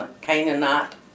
Canaanite